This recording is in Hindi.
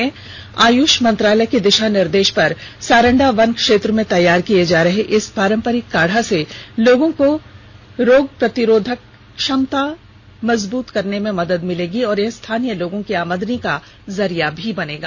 उपायुक्त ने बताया कि आयुष मंत्रालय के दिशा निर्देश पर सारंडा वन क्षेत्र में तैयार किए जा रहे इस पारंपरिक काढ़ा से लोगों को की रोग प्रतिरोधक क्षमता मजबूत करने में मदद मिलेगी और यह स्थानीय लोगों की आमदनी का जरिया भी बनेगा